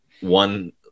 one